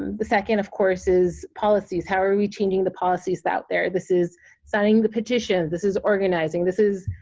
and the second of course is policies, how are we changing the policies out there? this is signing the petition, this is organizing, this is